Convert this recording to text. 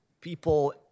people